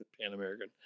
pan-american